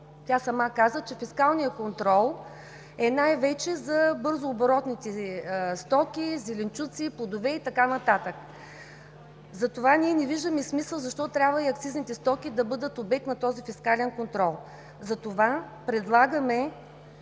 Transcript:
Тя сама каза, че фискалният контрол е най-вече за бързооборотните стоки, зеленчуци, плодове и така нататък. Затова ние не виждаме смисъл защо трябва и акцизните стоки да бъдат обект на този фискален контрол. Променяме